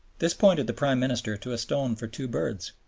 this pointed the prime minister to a stone for two birds.